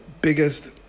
biggest